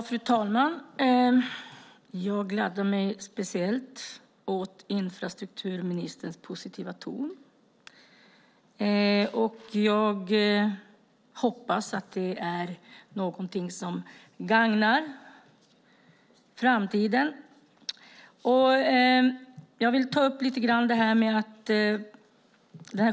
Fru talman! Jag gladde mig speciellt åt infrastrukturministerns positiva ton. Jag hopas att det är något som gagnar framtiden.